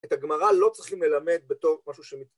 את הגמרא לא צריכים ללמד בתור משהו שרירותי.